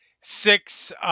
six